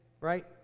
Right